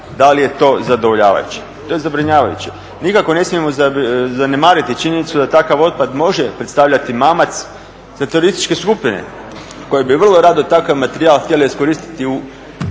da li je to zadovoljavajuće. To je zabrinjavajuće. Nikako ne smijemo zanemariti činjenicu da takav otpad može predstavljati mamac za turističke skupine koje bi vrlo rado takav materijal htjele iskoristiti u